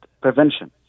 prevention